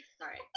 Sorry